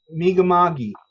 Migamagi